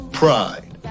pride